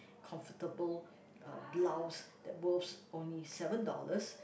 comfortable uh blouse that worths only seven dollars